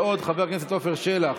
ועוד חבר הכנסת עפר שלח,